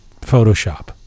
Photoshop